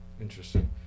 Interesting